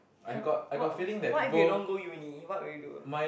have what what if you don't go uni what will you do